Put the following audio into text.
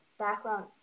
Background